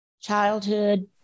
childhood